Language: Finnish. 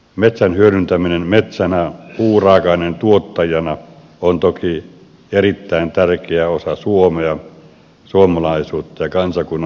metsän hyödyntäminen metsänä puuraaka aineen tuottajana on toki erittäin tärkeä osa suomea suomalaisuutta ja kansakunnan hyvinvointia